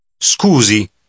scusi